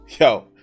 yo